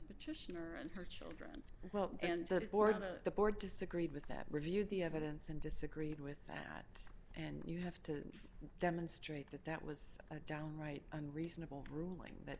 petitioner and her children well and so the board the board disagreed with that review the evidence in disagreed with that and you have to demonstrate that that was a downright unreasonable ruling that